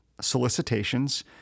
solicitations